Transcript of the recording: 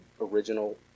original